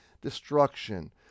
destruction